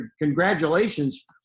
congratulations